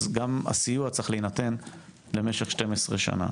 אז גם הסיוע צריך להינתן למשך 12 שנים.